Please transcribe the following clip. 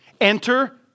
enter